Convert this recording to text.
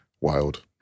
Wild